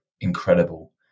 incredible